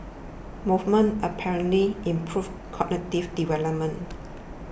movement apparently improves cognitive development